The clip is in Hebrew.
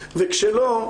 וכשלא,